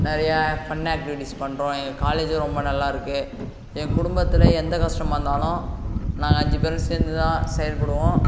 நிறையா fun activities பண்றோம் எங்கள் காலேஜே ரொம்ப நல்லா இருக்கு எங்கள் குடும்பத்தில் எந்த கஷ்டம் வந்தாலும் நாங்கள் அஞ்சு பேரும் சேர்ந்து தான் செயல்படுவோம்